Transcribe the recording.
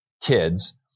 kids